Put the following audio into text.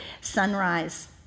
sunrise